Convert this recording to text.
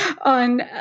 on